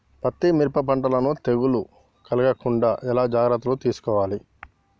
పత్తి మిరప పంటలను తెగులు కలగకుండా ఎలా జాగ్రత్తలు తీసుకోవాలి?